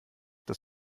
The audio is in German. das